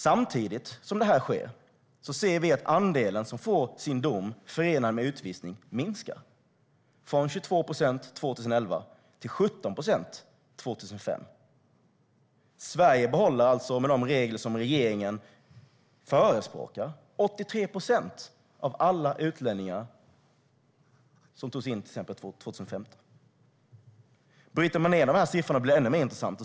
Samtidigt som detta sker ser vi att andelen som får sitt straff förenat med utvisning minskar, från 22 procent 2011 till 17 procent 2015. Sverige behåller alltså, med de regler som regeringen förespråkar, 83 procent av alla utlänningar som togs in 2015. Bryter man ned siffrorna blir det ännu intressantare.